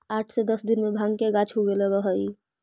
आठ से दस दिन में भाँग के गाछ उगे लगऽ हइ